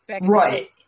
Right